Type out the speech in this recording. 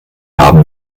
haben